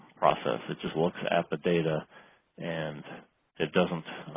process it just looks at the data and it doesn't